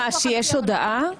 מה, שיש הודעה?